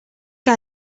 que